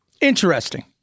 interesting